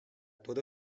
toda